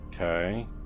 Okay